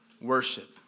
worship